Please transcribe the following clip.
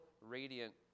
radiant